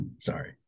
Sorry